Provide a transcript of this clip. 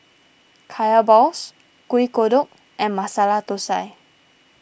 Kaya Balls Kuih Kodok and Masala Thosai